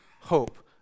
hope